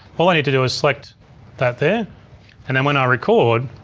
all i need to do is select that there and then when i record,